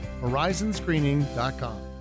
Horizonscreening.com